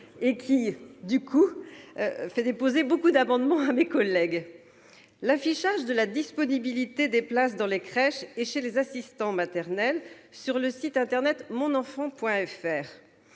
et suscite beaucoup d'amendements. L'affichage de la disponibilité des places dans les crèches et chez les assistants maternels sur le site internet monenfant.fr